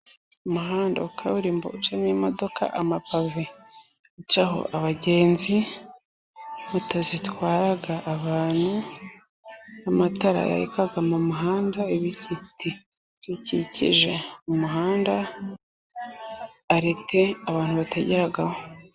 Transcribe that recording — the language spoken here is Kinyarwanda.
Umuhanda wa kaburimbo uciyemo imodoka, amapave ucaho abagenzi zitwara abantu n'amatara yaka mu muhanda ibikikije umuhanda abantu bategeraho.